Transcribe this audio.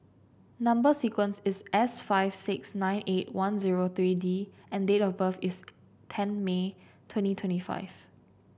number sequence is S five six nine eight one zero three D and date of birth is ten May twenty twenty five